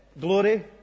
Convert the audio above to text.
Glory